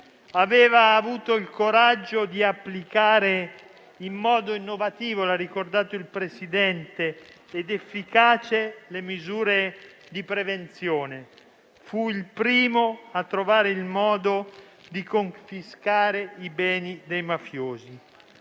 aveva avuto il coraggio di applicare in modo innovativo ed efficace - come ha ricordato il Presidente - le misure di prevenzione. Fu il primo a trovare il modo di confiscare i beni dei mafiosi.